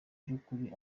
by’ukuri